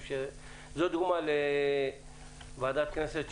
זאת דוגמה לוועדת כנסת,